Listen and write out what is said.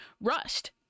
Rust